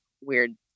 weird